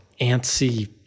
antsy